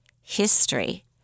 history